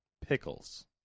Pickles